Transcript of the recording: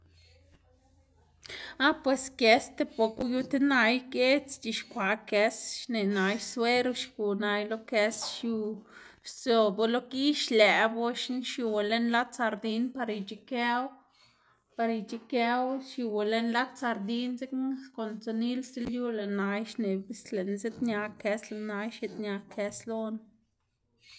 ah pues kës ti boka uyu ti nay giedz c̲h̲ixkwaꞌ kës, xneꞌ nay suero xgu nay lo kës, xiu sdobu lo gi xlëꞌbu oxna xiuwa lën lat sardin par ic̲h̲ikëwu, par ic̲h̲ikëwu xiuwa lën lat sardin dzekna konda tsinila sti lyu lëꞌ nay xneꞌ bis lëꞌná ziꞌdña kës, lëꞌ nay x̱iꞌdña kës lonu.